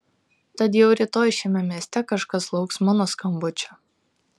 tad jau rytoj šiame mieste kažkas lauks mano skambučio